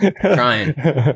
trying